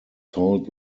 told